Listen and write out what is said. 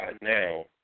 now